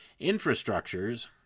Infrastructures